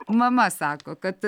mama sako kad